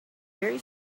very